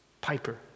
Piper